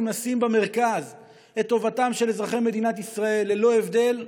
אם נשים במרכז את טובתם של אזרחי ישראל ללא הבדל,